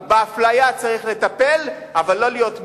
באפליה צריך לטפל, אבל לא להיות תמימים.